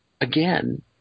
again